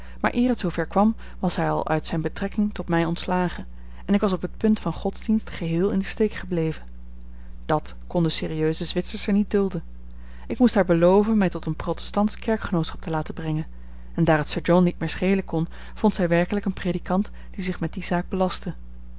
maar eer het zoover kwam was hij al uit zijne betrekking tot mij ontslagen en ik was op het punt van godsdienst geheel in den steek gebleven dat kon de serieuse zwitsersche niet dulden ik moest haar beloven mij tot een protestantsch kerkgenootschap te laten brengen en daar het sir john niet meer schelen kon vond zij werkelijk een predikant die zich met die zaak belastte